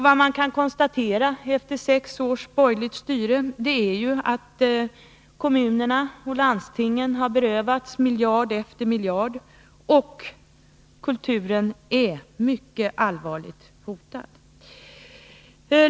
Vad man kan konstatera efter sex års borgerligt styre är att kommunerna och landstingen har berövats miljard efter miljard och att kulturen är mycket allvarligt hotad.